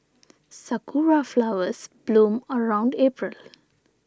sakura flowers bloom around April